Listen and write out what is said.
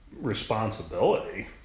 responsibility